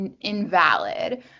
invalid